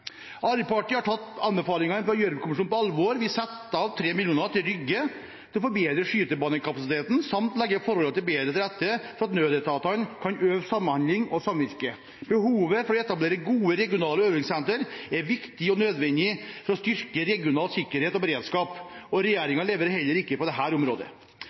Arbeiderpartiet har tatt anbefalingene fra Gjørv-kommisjonen på alvor. Vi setter av 3 mill. kr til Rygge, til å forbedre skytebanekapasiteten samt legge forholdene bedre til rette for at nødetatene kan øve samhandling og samvirke. Behovet for å etablere gode regionale øvingssenter er viktig og nødvendig for å styrke regional sikkerhet og beredskap, men regjeringen leverer heller ikke på dette området. Arbeiderpartiet er opptatt av å bedre den lokale beredskapen. Det